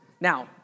Now